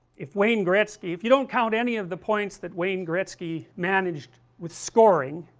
if wayne gretzky, if you don't count any of the points that wayne gretzky managed with scoring,